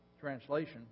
translation